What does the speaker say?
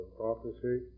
prophecy